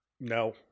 No